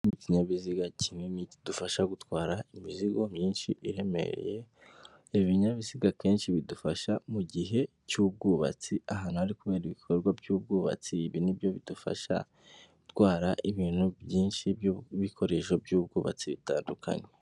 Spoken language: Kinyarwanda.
Ikinyabiziga kinini kidufasha gutwara imizigo myinshi iremereye, ibinyabiziga akenshi bidufasha mu gihe cy'ubwubatsi, ahantu hari kubera ibikorwa by'ubwubatsi, ibi nibyo bidufasha, gutwara ibintu byinshi, ibikoresho by'ubwubatsi bitandukanye.